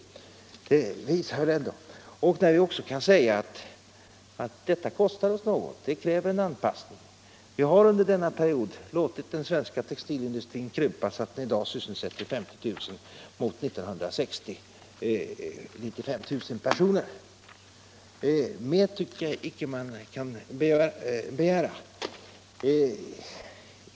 Detta kostar oss något — det kräver en anpassning. Vi har under denna period låtit den svenska textilindustrin krympa, så att den i dag sysselsätter 50 000 personer mot 95 000 personer år 1960. Mer tycker jag inte att man kan begära.